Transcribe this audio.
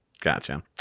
Gotcha